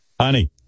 Honey